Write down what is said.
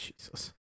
Jesus